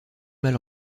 mal